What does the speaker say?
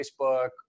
facebook